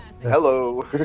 Hello